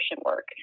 work